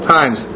times